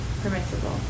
permissible